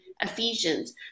Ephesians